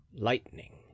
lightning